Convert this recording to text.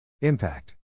Impact